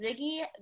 Ziggy